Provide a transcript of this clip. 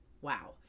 Wow